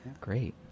Great